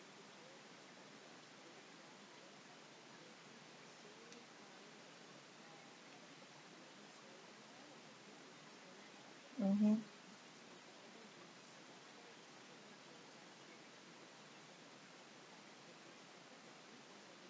mmhmm